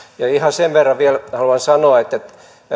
ja ihan sen verran vielä haluan sanoa että